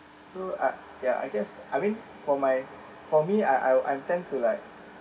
so I ya I guess I mean for my for me I I I tend to like